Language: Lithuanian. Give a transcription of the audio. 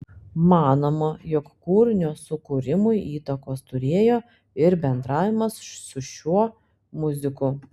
manoma jog kūrinio sukūrimui įtakos turėjo ir bendravimas su šiuo muziku